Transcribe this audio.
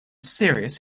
serious